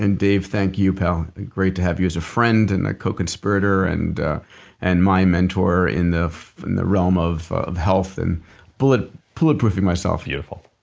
and dave, thank you, pal. great to have you as a friend and a co-conspirator and and my mentor in the and the realm of of health and bulletproofing myself beautiful.